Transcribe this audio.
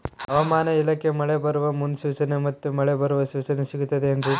ಹವಮಾನ ಇಲಾಖೆ ಮಳೆ ಬರುವ ಮುನ್ಸೂಚನೆ ಮತ್ತು ಮಳೆ ಬರುವ ಸೂಚನೆ ಸಿಗುತ್ತದೆ ಏನ್ರಿ?